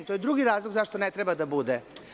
To je drugi razlog zašto ne treba dabude.